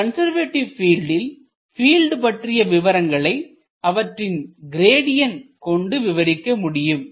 ஒரு கன்சர்வேட்டிவ் பீல்டில் பீல்ட் பற்றிய விவரங்களை அவற்றின் கிரேட்டியண்ட் கொண்டு விவரிக்க முடியும்